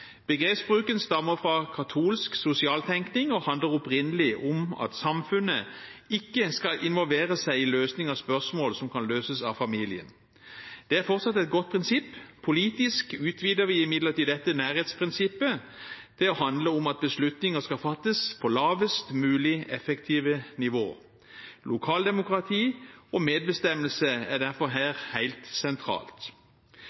Begrepsbruken stammer fra katolsk sosialtenkning og handler opprinnelig om at samfunnet ikke skal involvere seg i løsning av spørsmål som kan løses av familien. Det er fortsatt et godt prinsipp. Politisk utvider vi imidlertid dette nærhetsprinsippet til å handle om at beslutninger skal fattes på lavest mulig effektivt nivå. Lokaldemokrati og medbestemmelse er derfor